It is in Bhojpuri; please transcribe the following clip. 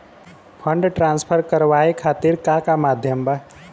फंड ट्रांसफर करवाये खातीर का का माध्यम बा?